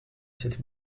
cette